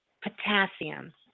potassium